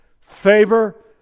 favor